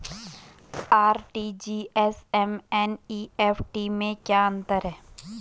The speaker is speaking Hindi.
आर.टी.जी.एस एवं एन.ई.एफ.टी में क्या अंतर है?